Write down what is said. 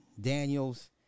Daniels